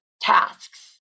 tasks